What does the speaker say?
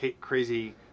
crazy